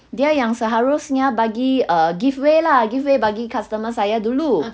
dia yang seharusnya bagi err give way lah give way bagi customer saya dulu